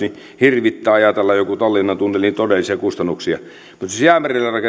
hirvittää ajatella jonkun tallinnan tunnelin todellisia kustannuksia mutta jos jäämerelle rakennetaan